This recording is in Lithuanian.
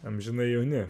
amžinai jauni